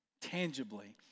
tangibly